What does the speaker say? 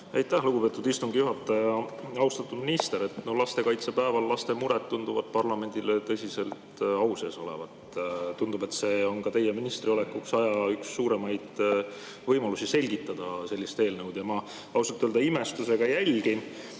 Aitäh, lugupeetud istungi juhataja! Austatud minister! No lastekaitsepäeval laste mured tunduvad parlamendis tõsiselt au sees olevat. Tundub, et see on ka teie ministriks oleku aja suurimaid võimalusi selgitada sellist eelnõu. Ma ausalt öelda imestusega seda jälgin